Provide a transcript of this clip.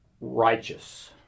righteous